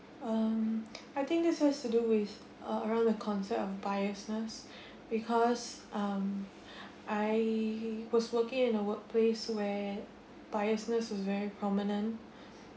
um I think this has to do with uh around the concept of biasness because um I was working in a workplace where biased-ness was very prominent